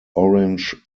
orange